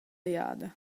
jada